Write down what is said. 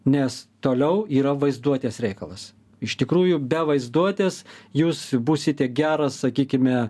nes toliau yra vaizduotės reikalas iš tikrųjų be vaizduotės jūs būsite geras sakykime